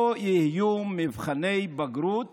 לא יהיו מבחני בגרות